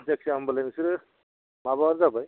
जायखिया होमबालाय नोंसोरो माबाबानो जाबाय